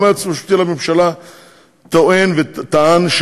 גם היועץ המשפטי לממשלה טוען וטען,